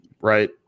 right